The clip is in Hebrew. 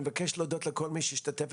אני מבקש להודות לכל מי שהשתתף,